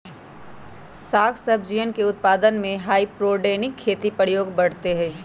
साग सब्जियन के उत्पादन में हाइड्रोपोनिक खेती के प्रयोग बढ़ते हई